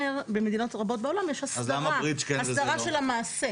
במדינות רבות בעולם יש הסדרה של המעשה.